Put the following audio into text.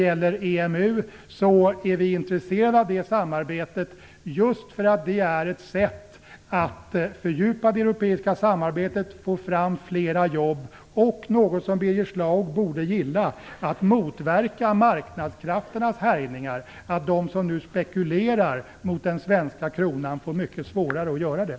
Vi är intresserade av EMU-samarbetet just för att det är ett sätt att fördjupa det europeiska samarbetet och få fram flera jobb och - det borde Birger Schlaug gilla - att motverka marknadskrafternas härjningar; de som nu spekulerar mot den svenska kronan får då mycket svårare att göra det.